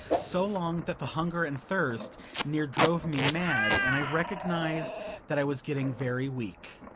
so long that the hunger and thirst near drove me mad, and i recognized that i was getting very weak.